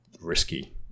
risky